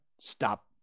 stop